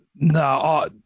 No